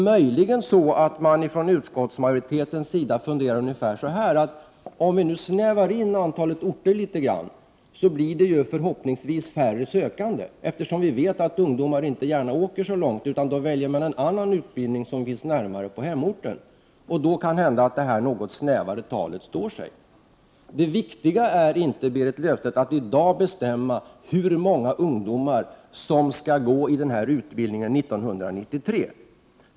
Möjligen är det så att utskottsmajoriteten funderar ungefär så här: Om vi nu snävar in antalet orter litet grand, blir det förhoppningsvis färre sökande, eftersom vi vet att ungdomar inte gärna åker så långt utan hellre väljer en annan utbildning närmare hemorten. Då kan det hända att det något snävare talet står sig. Det viktiga är inte, Berit Löfstedt, att i dag bestämma hur många ungdomar som skall delta i den här utbildningen 1993.